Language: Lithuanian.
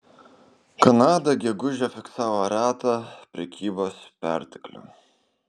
kanada gegužę fiksavo retą prekybos perteklių